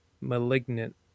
malignant